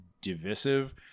divisive